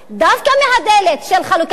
דווקא מהדלת של חלוקת הנטל,